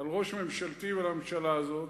על ראש ממשלתי ועל הממשלה הזו,